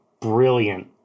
brilliant